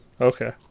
Okay